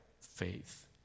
faith